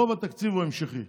רוב התקציב הוא המשכי.